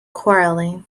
quarrelling